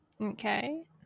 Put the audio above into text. okay